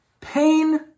Pain